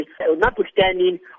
notwithstanding